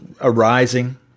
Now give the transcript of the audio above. arising